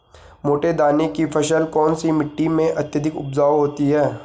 मोटे दाने की फसल कौन सी मिट्टी में अत्यधिक उपजाऊ होती है?